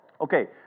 okay